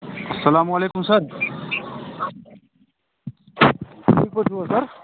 اَسَلامُ علیکُم سر ٹھیٖک پٲٹھۍ چھو حظ سر